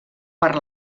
per